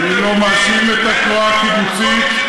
אני לא מאשים את התנועה הקיבוצית,